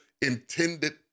intended